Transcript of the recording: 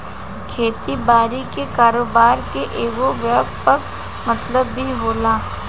खेती बारी के कारोबार के एगो व्यापक मतलब भी होला